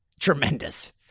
Tremendous